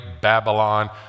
Babylon